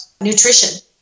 nutrition